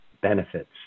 benefits